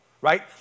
Right